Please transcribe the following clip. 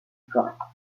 forêt